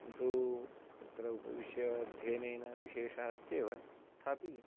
किन्तू तत्र उपविश्य अध्ययनेन विशेषः अस्त्येव तथापि